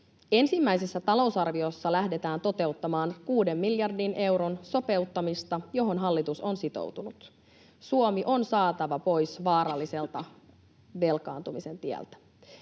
Ensimmäisessä talousarviossa lähdetään toteuttamaan kuuden miljardin euron sopeuttamista, johon hallitus on sitoutunut. Suomi on saatava pois vaaralliselta velkaantumisen tieltä.